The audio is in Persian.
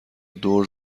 دور